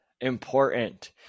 important